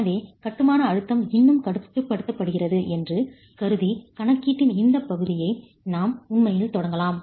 எனவே கட்டுமான அழுத்தம் இன்னும் கட்டுப்படுத்துகிறது என்று கருதி கணக்கீட்டின் இந்த பகுதியை நாம் உண்மையில் தொடங்கலாம்